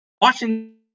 Washington